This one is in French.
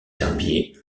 herbiers